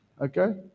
Okay